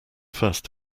first